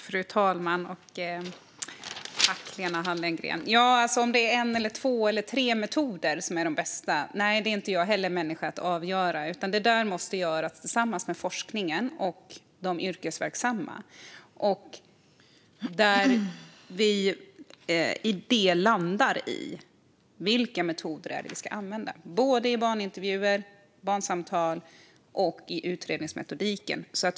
Fru talman! Om det är en, två eller tre metoder som är de bästa - nej, jag är inte heller människa att avgöra detta. Det där måste göras tillsammans mellan forskningen och de yrkesverksamma. Här ska vi landa i vilka metoder som ska användas i barnintervjuer, i barnsamtal och i utredningsmetodiken.